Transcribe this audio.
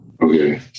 Okay